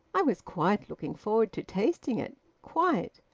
i was quite looking forward to tasting it quite!